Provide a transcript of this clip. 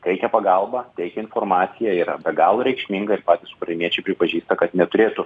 teikia pagalbą teikia informaciją yra be galo reikšminga ir patys ukrainiečiai pripažįsta kad neturėtų